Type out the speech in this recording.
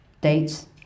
dates